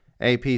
AP